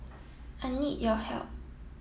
I need your help